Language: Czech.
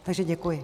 Takže děkuji.